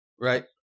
right